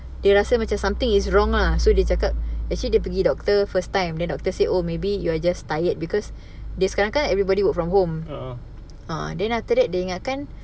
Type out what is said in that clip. orh